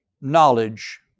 knowledge